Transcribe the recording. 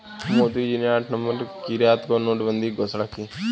मोदी जी ने आठ नवंबर की रात को नोटबंदी की घोषणा की